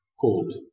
Cold